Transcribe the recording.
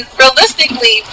realistically